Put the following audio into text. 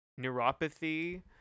neuropathy